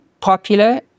popular